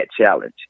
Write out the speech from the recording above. challenge